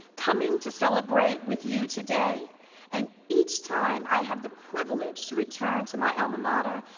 coming to celebrate with you today and each time i have the privilege to return to my alma mater,